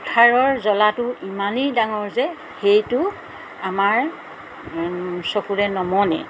কুঠাৰৰ জ্বলাটো ইমানেই ডাঙৰ যে সেইটো আমাৰ চকুৰে নমনে